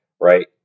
Right